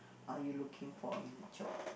are you looking for in a job